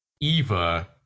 Eva